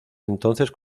entonces